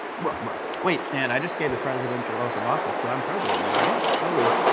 ruh ruh! wait, stan, i just gave the presidential oath of office, so i'm president now, right? totally.